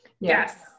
Yes